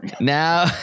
Now